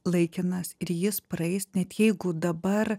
laikinas ir jis praeis net jeigu dabar